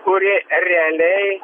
kuri realiai